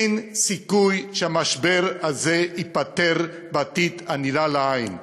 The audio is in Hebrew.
אין סיכוי שהמשבר הזה ייפתר בעתיד הנראה לעין.